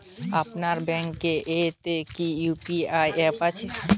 আপনার ব্যাঙ্ক এ তে কি ইউ.পি.আই অ্যাপ আছে?